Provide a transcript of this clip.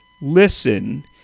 listen